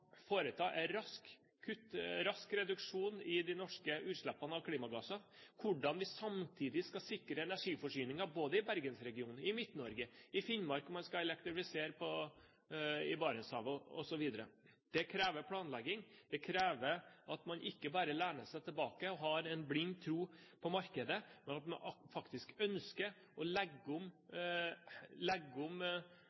foreta en rask reduksjon i de norske utslippene av klimagasser, og hvordan vi samtidig skal sikre energiforsyningen både i Bergensregionen, i Midt-Norge og i Finnmark – om man skal elektrifisere i Barentshavet osv. Det krever planlegging. Det krever at man ikke bare lener seg tilbake og har en blind tro på markedet, men at man faktisk ønsker å legge om